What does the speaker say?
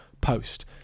post